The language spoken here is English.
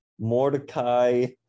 Mordecai